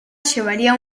llevaría